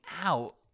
out